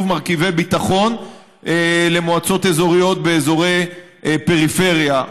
מרכיבי ביטחון למועצות אזוריות באזורי פריפריה.